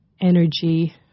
energy